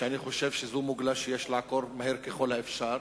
שאני חושב שזו מוגלה שיש לעקור מהר ככל האפשר.